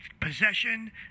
possession